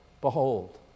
behold